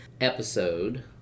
episode